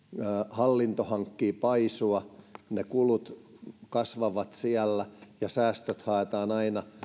hallinto alkaa paisua siellä kulut kasvavat ja säästöt haetaan aina